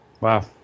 Wow